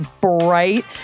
bright